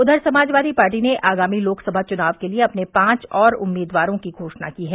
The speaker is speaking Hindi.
उधर समाजवादी पार्टी ने आगामी लोकसभा चुनाव के लिए अपने पांच और उम्मीदवारों की घोषणा की है